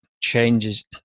changes